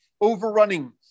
overrunning